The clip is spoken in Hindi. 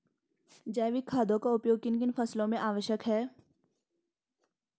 जैविक खादों का उपयोग किन किन फसलों में आवश्यक है?